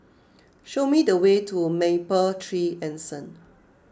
show me the way to Mapletree Anson